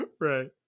Right